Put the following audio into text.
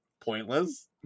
pointless